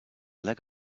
leg